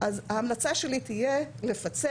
אז ההמלצה שלי תהיה לפצל,